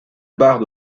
barre